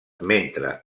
mentre